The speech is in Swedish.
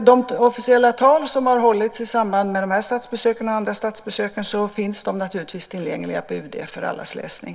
De officiella tal som har hållits i samband med de här statsbesöken och andra statsbesök finns tillgängliga på UD för allas läsning.